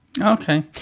Okay